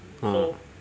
!huh!